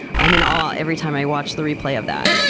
i am in awe every time i watch the replay of that.